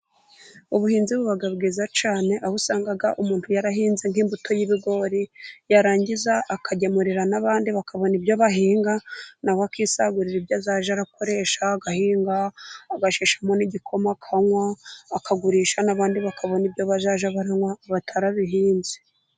Ubuhinzi buba bwiza cyane aho usanga umuntu yarahinze nk'imbuto y'ibigori yarangiza akagemurira n'abandi bakabona ibyo bahinga na we akisagurira ibyo azajya akoresha. Agahinga agasheshamo n'igikoma akaywa, akagurisha n'abandi bakabona ibyo bazajya banywa batarabihinze.